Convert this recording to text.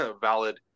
valid